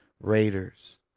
Raiders